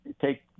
take